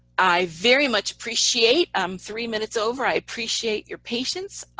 i, very much appreciate, i'm three minutes over, i appreciate your patience.